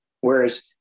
whereas